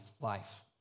life